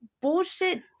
bullshit